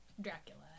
Dracula